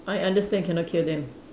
I understand cannot kill them